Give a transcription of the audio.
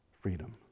freedom